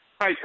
Hi